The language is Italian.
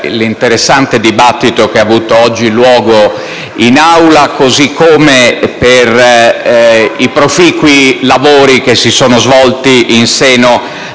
l'interessante discussione che ha avuto oggi luogo in Aula, così come per i proficui lavori che si sono svolti in seno